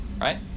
right